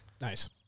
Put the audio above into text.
Nice